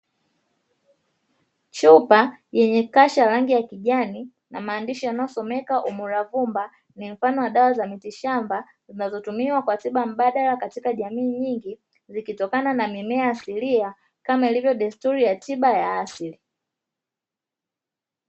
Chupa yenye kasha la rangi ya kijani na maandishi yanayosomeka umuravumba, ni mfano wa dawa za miti shamba zinazotumiwa kwa tiba mbadala katika jamii nyingi, zikitokana na mimea asilia kama ilivyo desturi ya tiba ya asili.